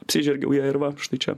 apsižergiau ją ir va štai čia